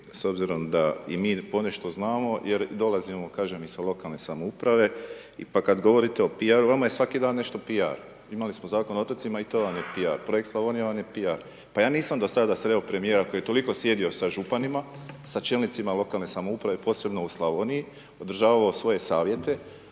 s obzirom da i mi ponešto znamo jer dolazimo, kažem, i sa lokalne samouprave, pa kada govorite o piaru, vama je svaki dan nešto piar. Imali smo Zakon o otocima i to vam je piar, Projekt Slavonija vam je piar. Pa ja nisam do sada sreo premijera koji je toliko sjedio sa županima, sa čelnicima lokalne samouprave, posebno u Slavoniji, održavao svoje savjete